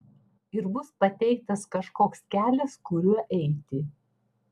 ir bus pateiktas kažkoks kelias kuriuo eiti